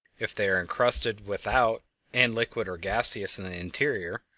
if they are encrusted without and liquid or gaseous in the interior,